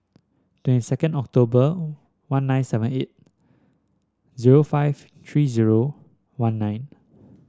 twenty second October one nine seven eight zero five three zero one nine